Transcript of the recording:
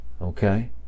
Okay